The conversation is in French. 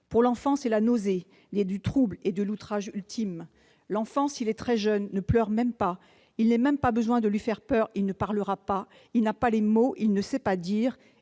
Pour l'enfant, c'est la nausée, née du trouble et de l'outrage ultime. L'enfant, s'il est très jeune, ne pleure même pas, il n'est nul besoin de lui faire peur, il ne parlera pas, il n'a pas les mots, il ne sait pas dire.